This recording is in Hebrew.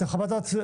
גברתי.